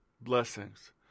blessings